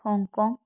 Hong Kong